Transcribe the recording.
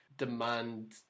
demand